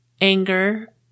anger